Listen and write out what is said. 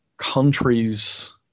Countries